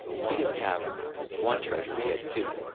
he didn't have one treasure, he had two.